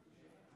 בבקשה.